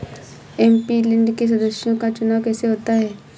MP land के सदस्यों का चुनाव कैसे होता है?